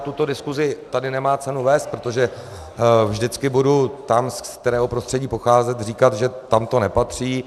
Tuto diskusi tady nemá cenu vést, protože vždycky budu tam, z kterého prostředí pocházím, říkat, že tam to nepatří.